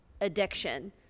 addiction